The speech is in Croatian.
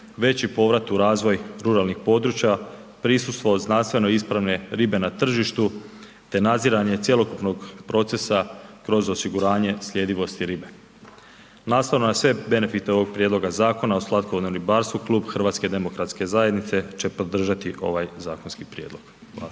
veći povrat u razvoj ruralnih područja, prisustvo znanstveno ispravne ribe na tržištu te nadziranje cjelokupnog procesa kroz osiguranje sljedivosti ribe. Nastavno na sve benefite ovog prijedloga Zakona o slatkovodnom ribarstvu Klub HDZ-a će podržati ovaj zakonski prijedlog. Hvala.